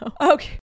okay